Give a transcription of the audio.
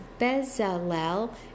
Bezalel